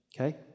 Okay